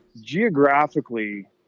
geographically